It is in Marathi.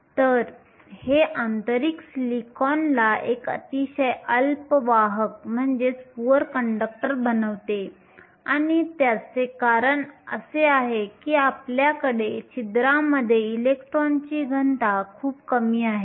तर हे आंतरिक सिलिकॉनला एक अतिशय अल्प वाहक बनवते आणि त्याचे कारण असे आहे की आपल्याकडे छिद्रांमध्ये इलेक्ट्रॉनची घनता खूप कमी आहे